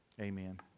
Amen